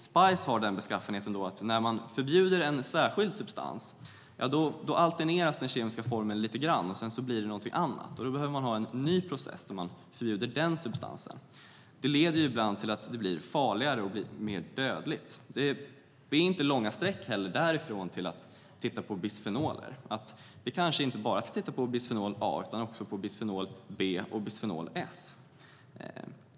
Spice har den beskaffenheten att när en särskild substans förbjuds ändrar tillverkarna den kemiska formeln lite grann så att det blir något annat, som ibland är farligare och mer dödligt. Det krävs då en ny process för att förbjuda denna substans. Därifrån är det inte långa streck att dra till bisfenoler. Vi kanske inte bara ska titta på bisfenol A utan också på bisfenol B och bisfenol S.